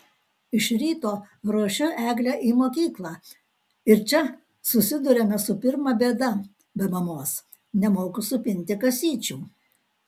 iš ryto ruošiu eglę į mokyklą ir čia susiduriame su pirma bėda be mamos nemoku supinti kasyčių